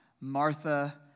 Martha